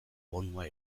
bonua